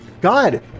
God